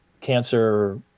cancer